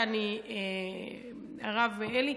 הרב אלי,